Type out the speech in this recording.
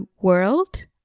world